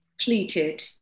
pleated